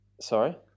Sorry